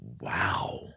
wow